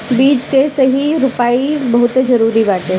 बीज कअ सही रोपाई बहुते जरुरी बाटे